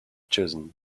chosen